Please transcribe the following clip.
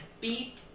beat